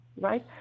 right